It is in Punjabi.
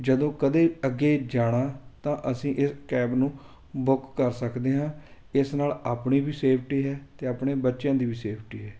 ਜਦੋਂ ਕਦੇ ਅੱਗੇ ਜਾਣਾ ਤਾਂ ਅਸੀਂ ਇਸ ਕੈਬ ਨੂੰ ਬੁੱਕ ਕਰ ਸਕਦੇ ਹਾਂ ਇਸ ਨਾਲ ਆਪਣੀ ਵੀ ਸੇਫਟੀ ਹੈ ਅਤੇ ਆਪਣੇ ਬੱਚਿਆਂ ਦੀ ਵੀ ਸੇਫਟੀ ਹੈ